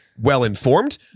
well-informed